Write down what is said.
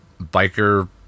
biker